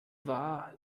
war